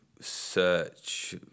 search